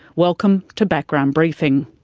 welcome to background briefing.